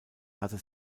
hatte